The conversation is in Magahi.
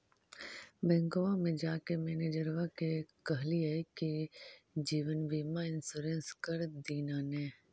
बैंकवा मे जाके मैनेजरवा के कहलिऐ कि जिवनबिमा इंश्योरेंस कर दिन ने?